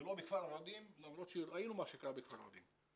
ולא בכפר ורדים, למרות שראינו מה שקרה בכפר ורדים.